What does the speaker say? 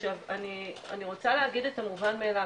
עכשיו אני רוצה להגיד את המובן מאליו,